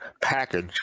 package